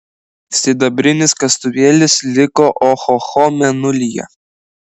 sidabrinis kastuvėlis liko ohoho mėnulyje